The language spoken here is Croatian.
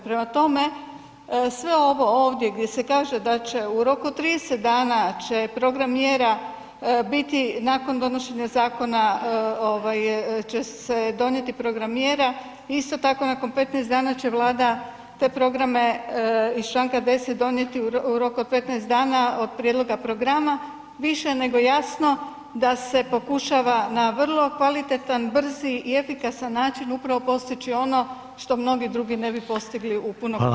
Prema tome, sve ovo ovdje gdje se kaže da će u roku od 30 dana će program mjera biti nakon donošenja zakona će se donijeti program mjera, isto tako nakon 15 dana će Vlada te programe iz članka 10. donijeti u roku od 15 dana od prijedloga programa više nego jasno da se pokušava na vrlo kvalitetan, brz i efikasan način upravo postići ono što mnogi drugi ne bi postigli u puno duljem vremenu.